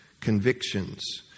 convictions